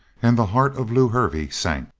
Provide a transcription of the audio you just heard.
and the heart of lew hervey sank.